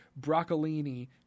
broccolini